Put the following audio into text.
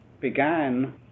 began